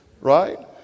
right